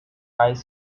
ice